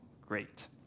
great